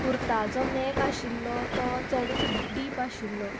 कुर्ताचो neck आशिल्लो तो चडूच डीप आशिल्ली